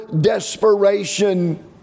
desperation